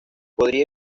podría